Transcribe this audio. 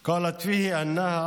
אתה גיבור, אני גאה בך, אתה לא פראייר.